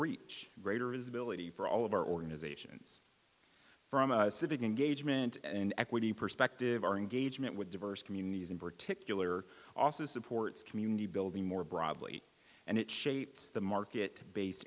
reach greater is ability for all of our organizations from a civic engagement an equity perspective our engagement with diverse communities in particular also supports community building more broadly and it shapes the market base